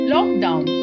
Lockdown